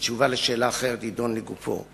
בתשובה לשאלה אחרת, נדון לגופו.